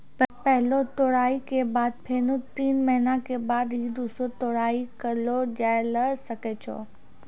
पहलो तुड़ाई के बाद फेनू तीन महीना के बाद ही दूसरो तुड़ाई करलो जाय ल सकै छो